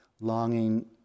longing